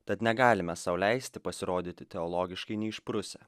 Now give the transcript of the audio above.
tad negalime sau leisti pasirodyti teologiškai neišprusę